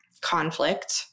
conflict